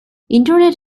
internet